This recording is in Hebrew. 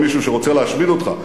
אבל לא עם מישהו שרוצה להשמיד אותך,